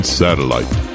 satellite